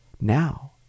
now